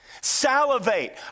salivate